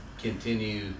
continue